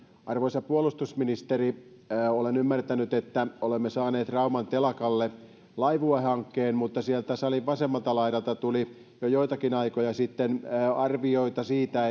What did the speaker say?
arvoisa puolustusministeri olen ymmärtänyt että olemme saaneet rauman telakalle laivue hankkeen mutta sieltä salin vasemmalta laidalta tuli jo joitakin aikoja sitten arvioita siitä